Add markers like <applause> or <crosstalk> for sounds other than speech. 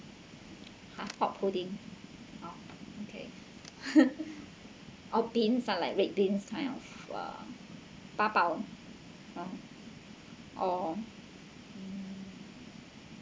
hot pudding okay <laughs> oh bean ah like red bean kind of uh ba bao oh